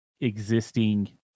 existing